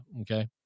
okay